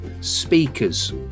speakers